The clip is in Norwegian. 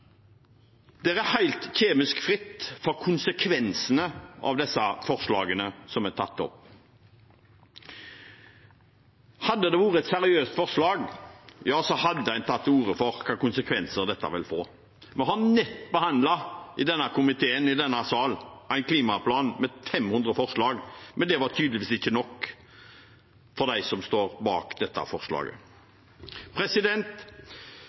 er helt kjemisk fritt for konsekvensene av de forslagene som er tatt opp. Hadde det vært et seriøst forslag, hadde man tatt til orde for hvilke konsekvenser dette vil få. Vi har nettopp behandlet – i denne komiteen, i denne sal – en klimaplan med 500 forslag, men det var tydeligvis ikke nok for dem som står bak dette forslaget.